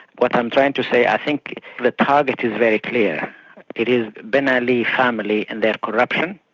what i'm trying to say, i think the target is very clear it is ben ali family and their corruption.